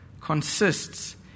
consists